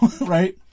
right